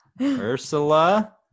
Ursula